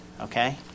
okay